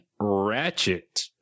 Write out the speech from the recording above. Ratchet